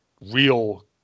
real